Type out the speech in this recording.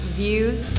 views